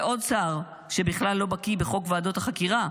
ועוד שר, שבכלל לא בקי בחוק ועדות החקירה,